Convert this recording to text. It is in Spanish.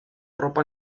ropa